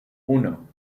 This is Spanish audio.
uno